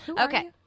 okay